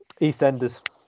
EastEnders